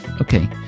Okay